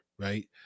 right